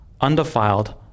undefiled